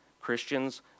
Christians